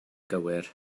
gywir